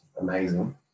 amazing